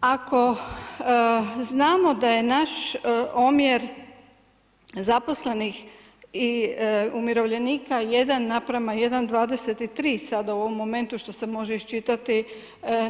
Ako znamo da je naš omjer zaposlenih i umirovljenika jedan naprema 1 23 sad u ovom momentu što se može iščitati